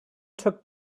took